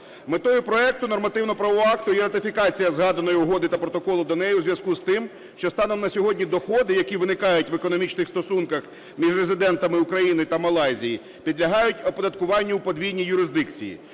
Метою проекту нормативно-правового акту є ратифікація згаданої Угоди та Протоколу до неї у зв'язку з тим, що станом на сьогодні доходи, які виникають в економічних стосунках між резидентами України та Малайзії, підлягають оподаткуванню у подвійній юрисдикції: